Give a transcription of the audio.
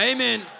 Amen